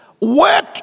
Work